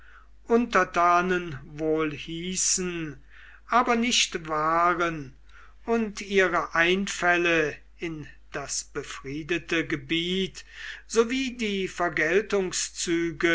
untertanen wohl hießen aber nicht waren und ihre einfälle in das befriedete gebiet sowie die